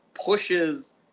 pushes